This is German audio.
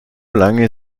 lange